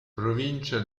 provincia